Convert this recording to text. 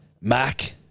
Mac